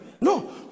No